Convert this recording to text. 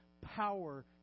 power